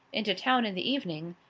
into town in the evening,